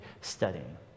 studying